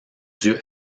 dieu